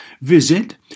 Visit